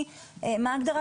על-פי חוק מהי?